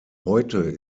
heute